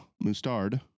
Mustard